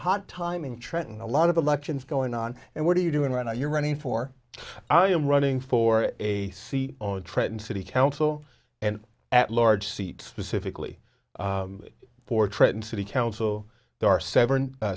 hot time in trenton a lot of elections going on and what are you doing right now you're running for i am running for a c trenton city council and at large seat specifically for trenton city council